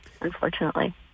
unfortunately